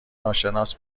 ناشناس